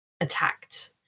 attacked